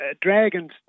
dragon's